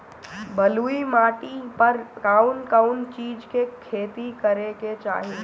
बलुई माटी पर कउन कउन चिज के खेती करे के चाही?